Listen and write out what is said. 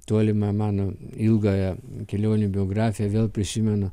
tolimą mano ilgąją kelionių biografiją vėl prisimenu